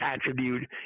attribute